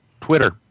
Twitter